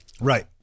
Right